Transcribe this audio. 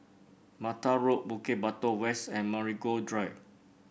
Mata Road Bukit Batok West and Marigold Drive